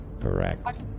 Correct